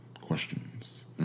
questions